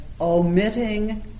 omitting